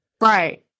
Right